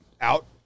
out